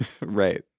Right